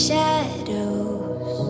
Shadows